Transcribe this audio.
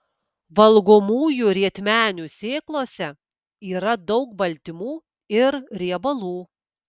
valgomųjų rietmenių sėklose yra daug baltymų ir riebalų